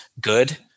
good